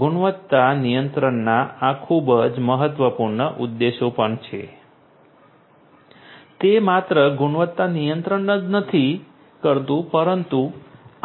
ગુણવત્તા નિયંત્રણના આ ખૂબ જ મહત્વપૂર્ણ ઉદ્દેશ્યો પણ છે તે માત્ર ગુણવત્તા નિયંત્રણ જ નથી કરતું પરંતુ